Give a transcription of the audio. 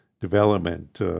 development